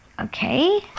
Okay